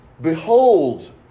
behold